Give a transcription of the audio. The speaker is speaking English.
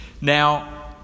Now